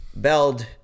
Beld